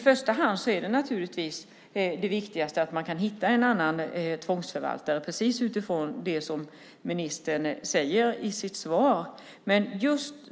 Det viktigaste är naturligtvis att man kan hitta en annan tvångsförvaltare, som ministern säger i sitt svar.